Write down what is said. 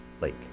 Lake